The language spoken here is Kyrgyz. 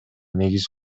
негиз